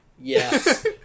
yes